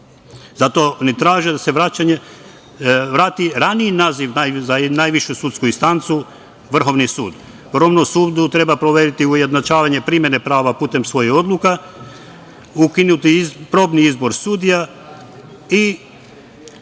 oni traže da se vrati raniji naziv za najvišu sudsku instancu -Vrhovni sud. Vrhovnom sudu treba poveriti ujednačavanje primene prava putem svojih odluka, ukinuti probni izbor sudija i